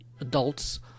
adults